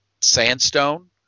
sandstone